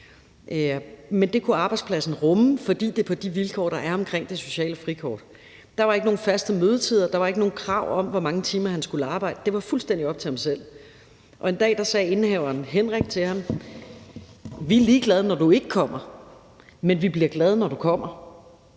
Men det kunne arbejdspladsen rumme, fordi det er de vilkår, der er omkring det sociale frikort. Der var ikke nogen faste mødetider, der var ikke nogen krav om, hvor mange timer han skulle arbejde; det var fuldstændig op til ham selv. En dag sagde indehaveren, Henrik, til ham: Vi er ligeglade, når du ikke kommer, men vi bliver glade, når du kommer.